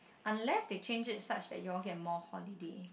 unless they change it such that you get more holiday